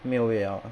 没有位 liao ah